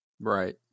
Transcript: Right